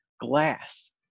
glass